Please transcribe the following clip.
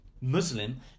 Muslim